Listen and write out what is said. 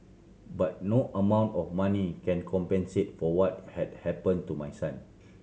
but no amount of money can compensate for what had happen to my son